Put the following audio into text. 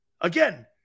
Again